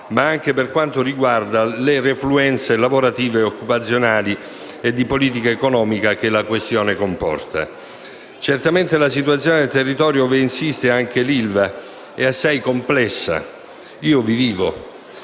ma anche per quanto riguarda le refluenze lavorative, occupazionali e di politica economica che la questione comporta. Certamente la situazione del territorio ove insiste anche l'ILVA - e dove anch'io vivo